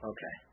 Okay